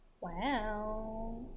Wow